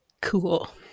Cool